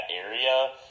area